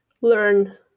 learn